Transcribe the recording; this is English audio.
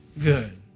good